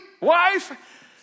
wife